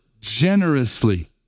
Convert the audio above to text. generously